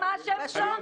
מה השם שלו?